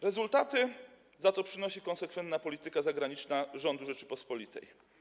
Rezultaty za to przynosi konsekwentna polityka zagraniczna rządu Rzeczypospolitej.